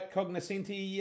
Cognoscenti